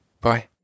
bye